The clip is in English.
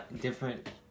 different